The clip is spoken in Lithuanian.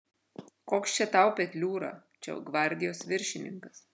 koks čia tau petliūra čia gvardijos viršininkas